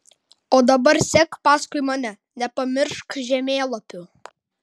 o dabar sek paskui mane nepamiršk žemėlapių